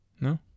no